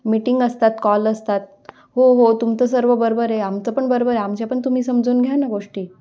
meeting असतात call असतात हो हो तुमचं सर्व बरोबर आहे आमचं पण बरोबर आहे आमच्या पण तुम्ही समजून घ्या ना गोष्टी